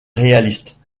réaliste